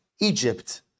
Egypt